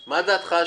או מי מטעמו וגמרנו.